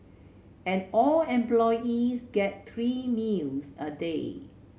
and all employees get three meals a day